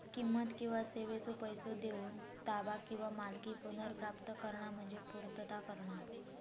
किंमत किंवा सेवेचो पैसो देऊन ताबा किंवा मालकी पुनर्प्राप्त करणा म्हणजे पूर्तता करणा